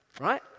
right